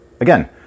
again